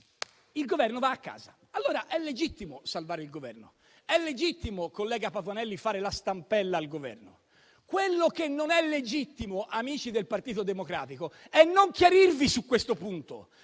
il Governo va a casa. Allora, è legittimo salvare il Governo, è legittimo, collega Patuanelli, fare la stampella al Governo; quello che non è legittimo, amici del Partito Democratico, è non chiarirvi su questo punto,